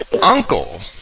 uncle